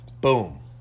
Boom